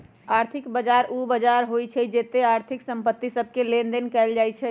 आर्थिक बजार उ बजार होइ छइ जेत्ते आर्थिक संपत्ति सभके लेनदेन कएल जाइ छइ